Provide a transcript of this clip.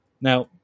Now